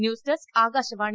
news desk Akashvani